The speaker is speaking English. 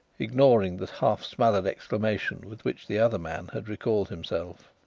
ignoring the half-smothered exclamation with which the other man had recalled himself.